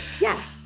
Yes